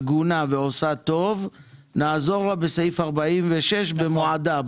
שהיא הגונה ועושה טוב נעזור לה בסעיף 46 במועדה,